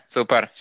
Super